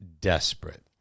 desperate